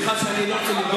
אני לא רוצה לפגוע בך,